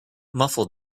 muffled